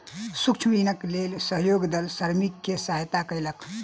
सूक्ष्म ऋणक लेल सहयोग दल श्रमिक के सहयता कयलक